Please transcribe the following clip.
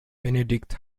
benedikt